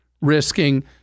risking